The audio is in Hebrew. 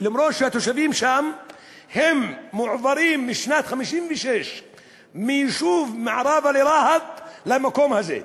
למרות שהתושבים שם הועברו בשנת 1956 מיישוב ממערב לרהט למקום הזה.